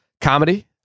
Comedy